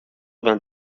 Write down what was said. vingt